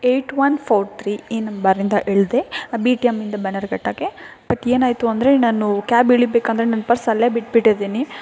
eight one four three ಈ ನಂಬರಿಂದ ಇಳಿದೆ ಬಿ ಟಿ ಎಂಯಿಂದ ಬನ್ನೇರುಘಟ್ಟಗೆ ಬಟ್ ಏನಾಯಿತು ಅಂದರೆ ನಾನು ಕ್ಯಾಬ್ ಇಳಿಬೇಕಂದ್ರೆ ನನ್ನ ಪರ್ಸ್ ಅಲ್ಲೇ ಬಿಟ್ಟು ಬಿಟ್ಟಿದ್ದೀನಿ